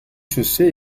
chaussée